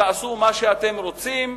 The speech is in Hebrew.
תעשו מה שאתם רוצים.